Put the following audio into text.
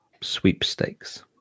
sweepstakes